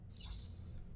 Yes